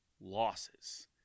losses